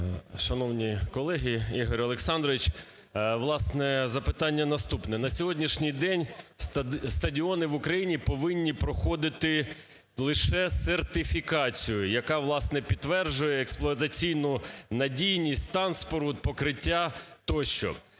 Шановні колеги! Ігор Олександрович! Власне, запитання наступне. На сьогоднішній день стадіони в Україні повинні проходити лише сертифікацію, яка, власне, підтверджує експлуатаційну надійність, стан споруд, покриття тощо.